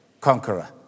conqueror